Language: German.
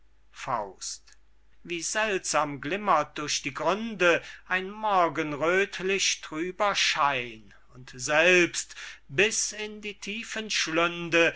glüht wie seltsam glimmert durch die gründe ein morgenröthlich trüber schein und selbst bis in die tiefen schlünde